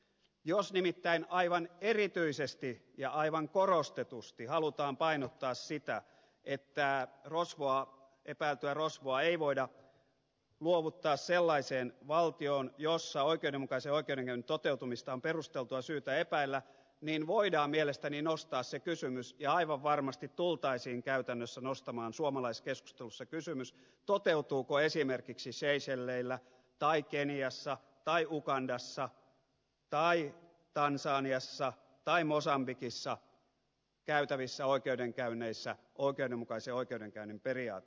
jos nimittäin aivan erityisesti ja aivan korostetusti halutaan painottaa sitä että epäiltyä rosvoa ei voida luovuttaa sellaiseen valtioon jossa oikeudenmukaisen oikeudenkäynnin toteutumista on perusteltua syytä epäillä niin voidaan mielestäni nostaa se kysymys ja aivan varmasti tultaisiin käytännössä nostamaan suomalaiskeskustelussa kysymys toteutuuko esimerkiksi seychelleillä tai keniassa tai ugandassa tai tansaniassa tai mosambikissa käytävissä oikeudenkäynneissä oikeudenmukaisen oikeudenkäynnin periaate